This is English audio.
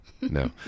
No